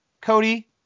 Cody